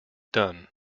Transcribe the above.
done